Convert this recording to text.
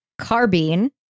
carbine